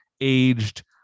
aged